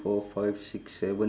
four five six seven